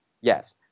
Yes